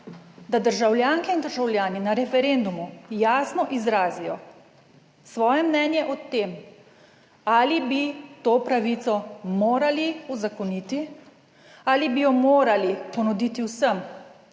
da državljanke in državljani na referendumu jasno izrazijo svoje mnenje o tem ali bi to pravico morali uzakoniti ali bi jo morali ponuditi vsem,